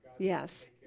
yes